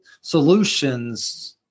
solutions